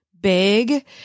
big